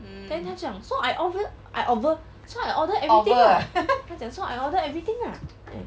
then 他讲 so I over I over so I order everything ah 他讲 so I order everything ah